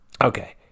Okay